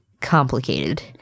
complicated